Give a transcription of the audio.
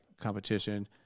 competition